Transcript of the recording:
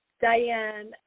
Diane